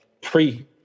pre